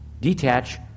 detach